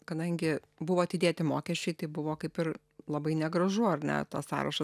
kadangi buvo atidėti mokesčiai tai buvo kaip ir labai negražu ar ne tą sąrašą